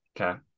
Okay